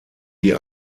die